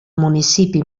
municipi